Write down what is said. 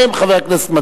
חבר הכנסת אורי אורבך,